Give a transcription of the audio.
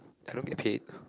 cannot get paid